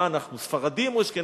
מה אנחנו, ספרדים או אשכנזים?